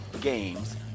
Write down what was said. games